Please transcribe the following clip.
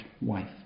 wife